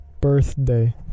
birthday